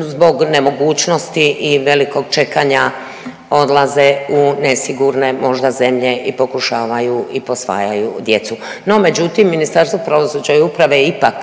zbog nemogućnosti i velikog čekanja odlaze u nesigurne možda zemlje i pokušavaju i posvajaju djecu. No međutim Ministarstvo pravosuđa i uprave ipak